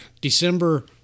December